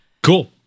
Cool